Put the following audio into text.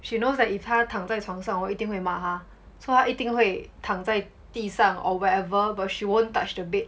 she knows that if 她躺在床上我一定会骂她 so 她一定会躺在地上 or wherever but she won't touch the bed